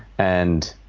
and,